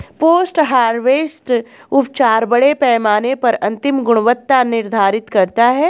post harvest उपचार बड़े पैमाने पर अंतिम गुणवत्ता निर्धारित करता है